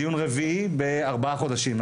דיון רביעי ב-4 חודשים,